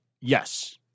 yes